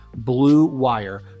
BlueWire